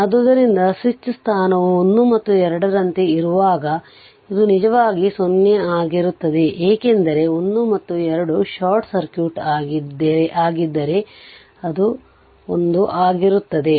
ಆದ್ದರಿಂದ ಸ್ವಿಚ್ ಸ್ಥಾನವು 1 ಮತ್ತು 2 ರಂತೆ ಇರುವಾಗ ಇದು ನಿಜವಾಗಿ 0 ಆಗಿರುತ್ತದೆ ಏಕೆಂದರೆ 1 ಮತ್ತು 2 ಶಾರ್ಟ್ ಸರ್ಕ್ಯೂಟ್ ಆಗಿದ್ದರೆ 1 ಆಗಿರುತ್ತದೆ